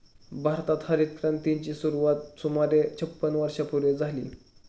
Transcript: भारतात हरितक्रांतीची सुरुवात सुमारे छपन्न वर्षांपूर्वी झाली